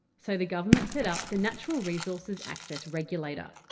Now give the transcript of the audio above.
so the government set up the natural resources access regulator.